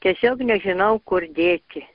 tiesiog nežinau kur dėti